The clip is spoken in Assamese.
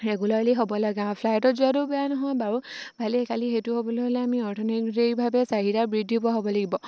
ৰেগুলাৰলি হ'ব লাগে আৰু ফ্লাইটত যোৱাটো বেয়া নহয় বাৰু ভালেই খালি সেইটো হ'বলৈ হ'লে আমি অৰ্থনৈতিভাৱে চাহিদা বৃদ্ধ হোৱা হ'ব লাগিব